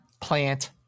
plant